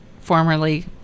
formerly